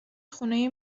خونه